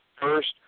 first